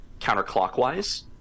counterclockwise